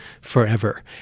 forever